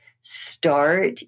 start